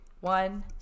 One